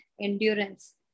endurance